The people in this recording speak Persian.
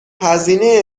هزینه